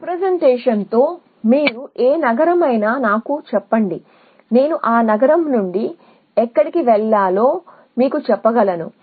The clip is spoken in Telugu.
ఈ రీ ప్రెజెంటేషన్ మీరు ఏ నగరమైనా నాకు చెప్పండి మరియు ఆ నగరం నుండి ఎక్కడికి వెళ్ళాలో నేను మీకు చెప్తాను